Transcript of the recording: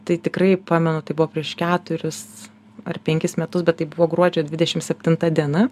tai tikrai pamenu tai buvo prieš keturis ar penkis metus bet tai buvo gruodžio dvidešim septinta diena